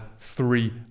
three